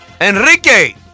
Enrique